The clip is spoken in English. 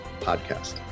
Podcast